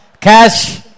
cash